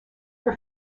her